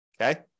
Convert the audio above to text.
Okay